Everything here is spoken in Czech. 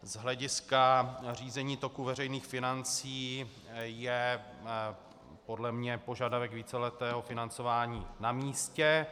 Z hlediska řízení toku veřejných financí je podle mě požadavek víceletého financování namístě.